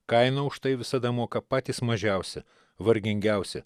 kainą už tai visada moka patys mažiausi vargingiausi